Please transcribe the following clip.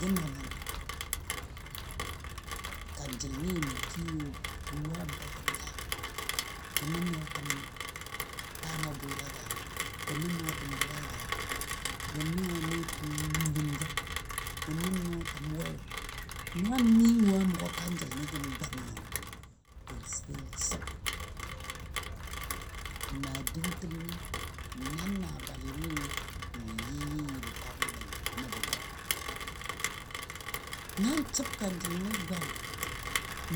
Gə na nyin? Kanjəl nɨ mə kiyoyo, gə wo a mʊgɔ gən ka? Gə nə nɔɔtəm tama bwɨla ka? Gə nɔɔtəm bʊge ka? Gə nə nɔɔtəm yʊlən ka? Gə nə nɔɔtəm we? Na miwo a mʊgɔ kanjəl ni gəm gwamiyo sən tɨ səb n maa dəngtəm nan naa balɨnɨ mə yɨyɨ yɨm kwamigən nəbo go. Na səb kanjəl ni gwam